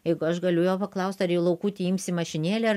jeigu aš galiu jo paklaust ar į laukutį imsi mašinėlę ar